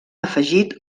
afegit